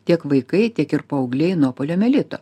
tiek vaikai tiek ir paaugliai nuo poliomielito